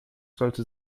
sollte